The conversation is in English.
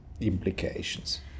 implications